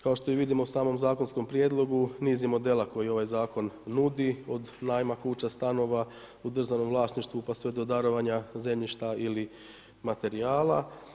Kao što i vidimo u samom zakonskom prijedlogu niz modela koje ovaj zakon nudi od najma kuća, stanova u državnom vlasništvu pa sve do darovanja zemljišta ili materijala.